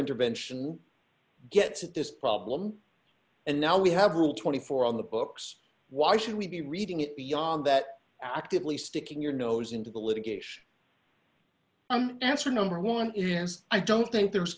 intervention gets at this problem and now we have rule twenty four on the books why should we be reading it beyond that actively sticking your nose into the litigation that's your number one i don't think there's